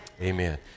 Amen